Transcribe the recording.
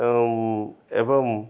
ଏବଂ